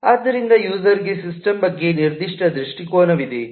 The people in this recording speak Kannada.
ಆದ್ದರಿಂದ ಯೂಸರ್ರಿಗೆ ಸಿಸ್ಟಮ್ ಬಗ್ಗೆ ನಿರ್ದಿಷ್ಟ ದೃಷ್ಟಿಕೋನವಿದೆ